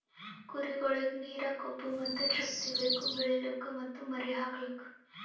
ಕುರಿಗೊಳಿಗ್ ನೀರ, ಕೊಬ್ಬ ಮತ್ತ್ ಶಕ್ತಿ ಬೇಕು ಬೆಳಿಲುಕ್ ಮತ್ತ್ ಮರಿ ಹಾಕಲುಕ್